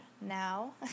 now